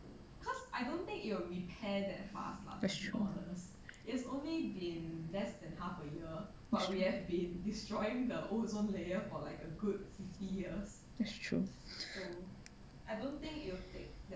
that's true that's true that's true